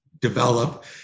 develop